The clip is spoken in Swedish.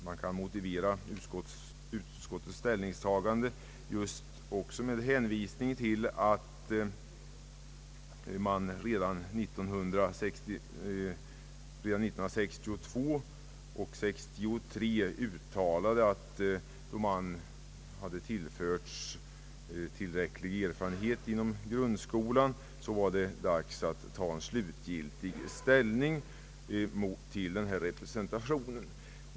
Man kan motivera utskottets ställningstagande också genom att hänvisa till att riksdagen redan 1962 och 1963 uttalade, att då grundskolan tillförts tillräcklig erfarenhet var det dags att ta slutgiltig ställning till denna representation.